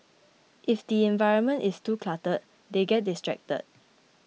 if the environment is too cluttered they get distracted